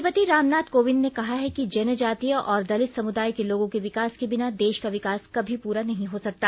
राष्ट्रपति रामनाथ कोविंद ने कहा है कि जनजातीय और दलित समुदाय के लोगों के विकास के बिना देश का विकास कभी पूरा नहीं हो सकता